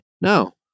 No